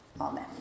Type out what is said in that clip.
amen